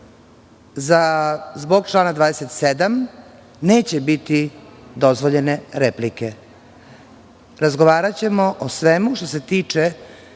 41. zbog člana 27. neće biti dozvoljene replike. Razgovaraćemo o svemu što se tiče